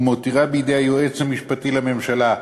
ומותירה בידי היועץ המשפטי לממשלה,